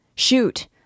Shoot